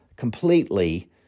Completely